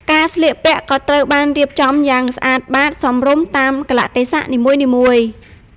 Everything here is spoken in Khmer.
ការស្លៀកពាក់ក៏ត្រូវបានរៀបចំយ៉ាងស្អាតបាតសមរម្យតាមកាលៈទេសៈនីមួយៗ។